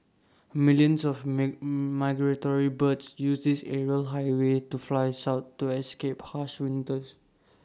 millions of meat migratory birds use this aerial highway to fly south to escape harsh winters